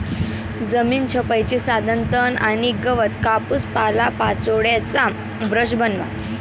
जमीन छपाईचे साधन तण आणि गवत कापून पालापाचोळ्याचा ब्रश बनवा